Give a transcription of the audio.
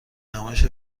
نمایش